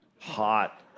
hot